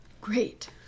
Great